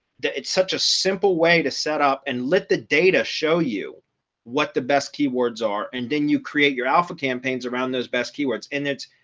it's such a simple way to set up and let the data show you what the best keywords are. and then you create your alpha campaigns around those best keywords. and it's,